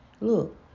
Look